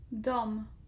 Dom